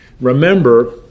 Remember